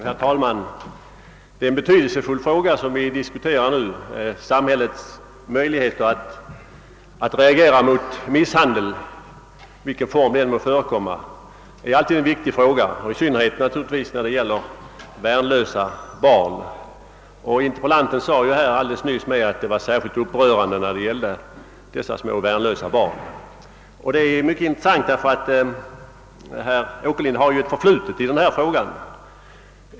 Herr talman! Det är ett betydelsefullt spörsmål som vi nu diskuterar. Samhällets möjligheter att reagera mot misshandel är alltid en viktig fråga, och speciellt viktig blir den då det gäller värnlösa barn. Interpellanten sade också nyss att misshandel är särskilt upprörande då den riktar sig mot små värnlösa barn. Interpellantens uttalande är emellertid intressant ur den synpunkten att herr Åkerlind har ett förflutet i denna fråga.